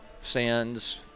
sends